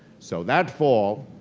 so that fall,